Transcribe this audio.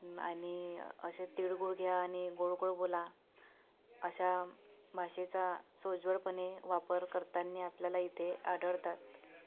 आणि असे तीळगुळ घ्या आणि गोड गोड बोला अशा भाषेचा सोज्वळपणे वापर करताना आपल्याला इथे आढळतात